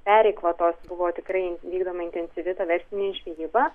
pereikvotos buvo tikrai vykdoma intensyvi verslinė žvejyba